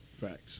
Facts